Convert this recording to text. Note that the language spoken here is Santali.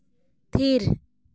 ᱛᱷᱤᱨ